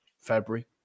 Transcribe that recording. February